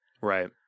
Right